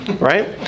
right